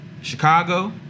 Chicago